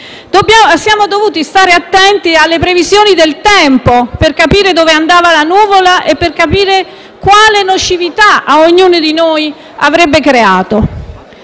siamo dovuti stare attenti alle previsioni del tempo, per capire dove andava la nuvola e quale nocività avrebbe creato